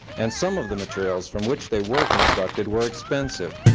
and some of the materials from which they were constructed were expensive,